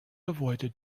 avoided